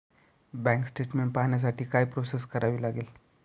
Bank statement पाहण्यासाठी काय process करावी लागेल?